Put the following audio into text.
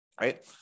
right